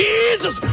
Jesus